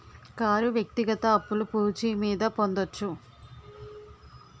car వ్యక్తిగత అప్పులు పూచి మీద పొందొచ్చు